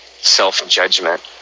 self-judgment